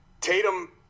Tatum